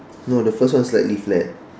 no the first one is slightly flat